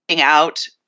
out